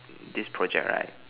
this project right